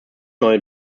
neue